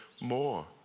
more